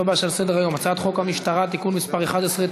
לסעיף הבא שעל סדר-היום: הצעת חוק המשטרה (תיקון מס' 11),